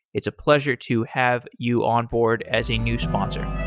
it's a pleasure to have you onboard as a new sponsor